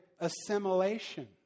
assimilation